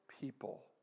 people